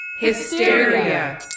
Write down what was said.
Hysteria